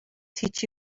teach